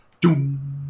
doom